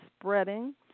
spreading